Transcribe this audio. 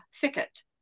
thicket